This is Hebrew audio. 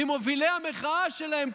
ממובילי המחאה שלהם,